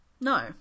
No